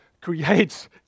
creates